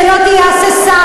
שלא תהיה הססן,